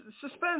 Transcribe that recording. suspense